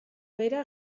bera